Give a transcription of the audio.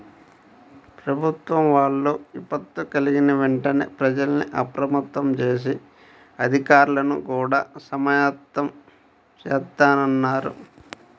ప్రభుత్వం వాళ్ళు విపత్తు కల్గిన వెంటనే ప్రజల్ని అప్రమత్తం జేసి, అధికార్లని గూడా సమాయత్తం జేత్తన్నారు